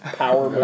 power